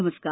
नमस्कार